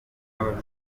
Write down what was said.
yaba